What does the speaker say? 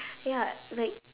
ya like